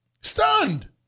Stunned